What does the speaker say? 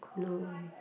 no